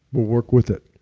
we'll work with it.